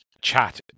Chat